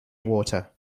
water